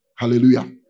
Hallelujah